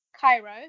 Cairo